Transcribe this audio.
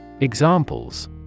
Examples